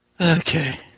Okay